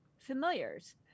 familiars